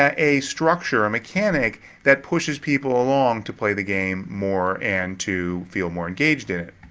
ah a structure, a mechanic that pushes people along to play the game more and to feel more engaged in it.